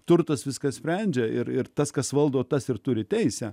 turtas viską sprendžia ir ir tas kas valdo tas ir turi teisę